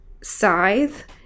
scythe